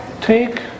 take